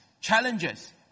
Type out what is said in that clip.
challenges